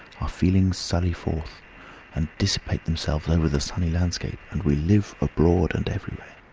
our feelings sally forth and dissipate themselves over the sunny landscape, and we live abroad and everywhere.